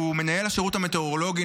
שהוא מנהל השירות המטאורולוגי,